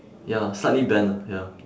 ya slightly bent lah ya